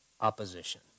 opposition